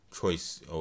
choice